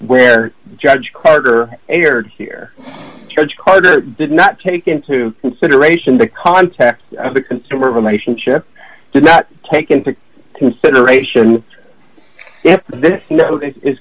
where judge carter aired here charge card or did not take into consideration the context of the consumer relationship did not take into consideration this is